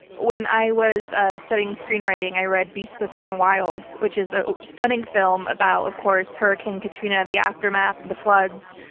when i was studying screenwriting, i read beasts of the southern wild, which is a stunning film about, of course, hurricane katrina, the aftermath and the floods,